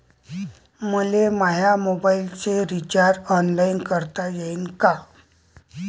मले माया मोबाईलचा रिचार्ज ऑनलाईन करता येईन का?